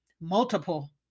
multiple